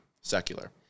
secular